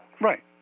Right